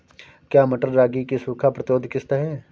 क्या मटर रागी की सूखा प्रतिरोध किश्त है?